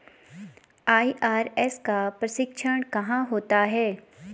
IRS का प्रशिक्षण कहाँ होता है?